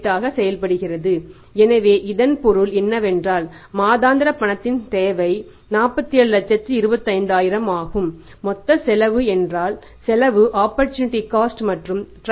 18 ஆக செயல்படுகிறது எனவே இதன் பொருள் என்னவென்றால் மாதாந்திர பணத்தின் தேவை 4725000 ஆகும் மொத்த செலவு என்றால் செலவு ஆப்பர்சூனிட்டி காஸ்ட் C